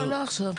לא עכשיו.